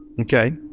Okay